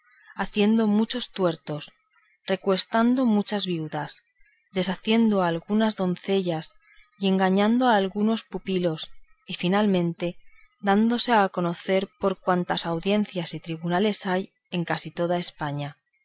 haciendo muchos tuertos recuestando muchas viudas deshaciendo algunas doncellas y engañando a algunos pupilos y finalmente dándose a conocer por cuantas audiencias y tribunales hay casi en toda españa